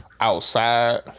outside